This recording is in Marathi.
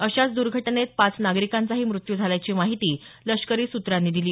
अशाच दुर्घटनेत पाच नागरिकांचाही मृत्यू झाल्याची माहिती लष्करी सूत्रांनी दिली